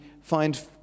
find